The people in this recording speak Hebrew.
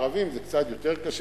הערבים זה קצת יותר קשה,